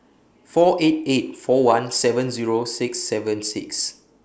four eight eight four one seven Zero six seven six